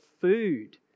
food